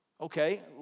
Okay